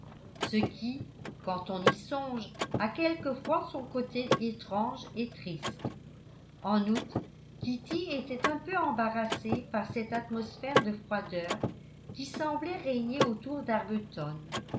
ce qui quand on y songe a quelquefois son côté étrange et triste en outre kitty était un peu embarrassée par cette atmosphère de froideur qui semblait régner autour